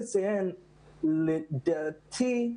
לדעתי,